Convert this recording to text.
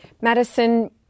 Madison